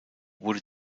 wurde